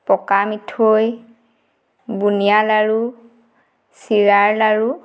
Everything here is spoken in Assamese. পকা মিঠৈ বুন্দিয়া লাড়ু চিৰাৰ লাড়ু